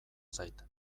zait